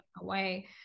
away